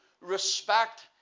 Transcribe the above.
respect